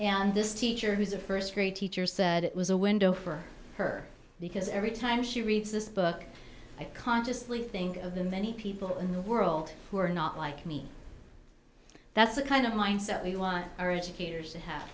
this teacher who's a first grade teacher said it was a window for her because every time she reads this book i consciously think of the many people in the world who are not like me that's the kind of mindset we want our educators